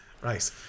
Right